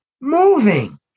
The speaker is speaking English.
Moving